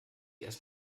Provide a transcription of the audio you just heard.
erst